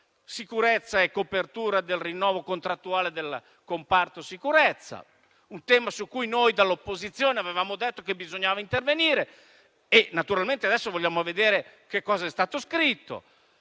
sicurezza e copertura del rinnovo contrattuale del comparto sicurezza; un tema su cui noi dall'opposizione avevamo detto che bisognava intervenire e sul quale ora vogliamo vedere cosa è stato scritto.